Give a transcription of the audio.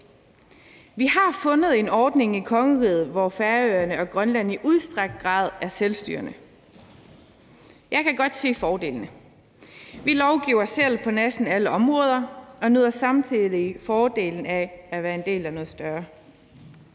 Vi har fundet en ordning i kongeriget, hvor Færøerne og Grønland i udstrakt grad er selvstyrende. Jeg kan godt se fordelene. Vi lovgiver selv på næsten alle områder og nyder samtidig fordelen af at være en del af noget større.